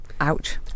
ouch